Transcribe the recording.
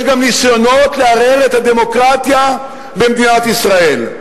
יש גם ניסיונות לערער את הדמוקרטיה במדינת ישראל.